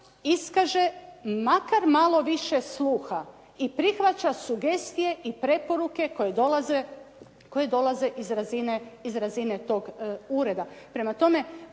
iskaže makar malo više sluha i prihvaća sugestije i preporuke koje dolaze iz razine toga ureda. Prema tome,